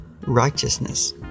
righteousness